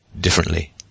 differently